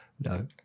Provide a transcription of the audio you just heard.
No